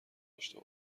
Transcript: داشته